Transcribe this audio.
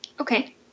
Okay